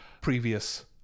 previous